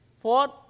Fourth